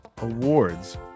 awards